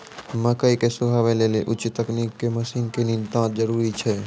मकई के सुखावे लेली उच्च तकनीक के मसीन के नितांत जरूरी छैय?